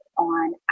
On